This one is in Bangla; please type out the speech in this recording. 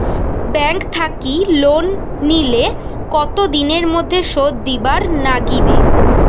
ব্যাংক থাকি লোন নিলে কতো দিনের মধ্যে শোধ দিবার নাগিবে?